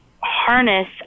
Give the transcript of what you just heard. harness